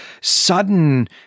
sudden